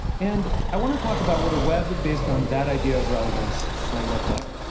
and i want to talk about what a web based on that idea of relevance might look like.